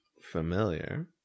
familiar